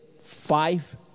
five